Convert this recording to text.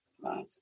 Right